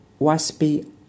waspy